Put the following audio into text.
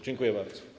Dziękuję bardzo.